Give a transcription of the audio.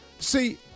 See